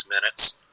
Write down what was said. minutes